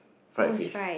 fried fish